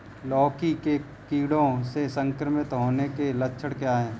लौकी के कीड़ों से संक्रमित होने के लक्षण क्या हैं?